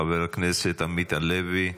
חבר הכנסת עמית הלוי,